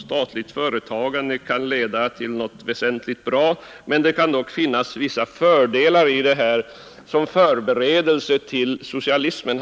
statligt företagande kan leda till några väsentliga förbättringar men att en övergång till statligt företagande kan vara av värde som förberedelse till socialismen.